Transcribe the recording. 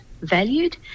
valued